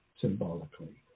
symbolically